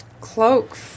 cloak